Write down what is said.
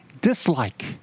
dislike